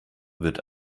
wird